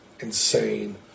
insane